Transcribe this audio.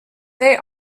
they